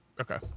okay